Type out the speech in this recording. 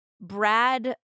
Brad